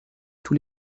tous